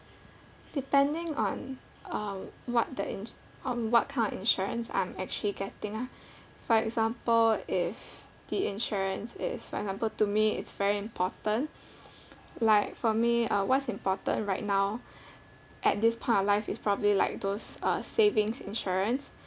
depending on um what the ins~ um what kind of insurance I'm actually getting ah for example if the insurance is for example to me it's very important like for me uh what's important right now at this point of life is probably like those uh savings insurance